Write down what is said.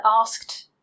asked